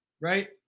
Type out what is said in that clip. right